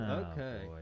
okay